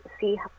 see